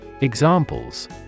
Examples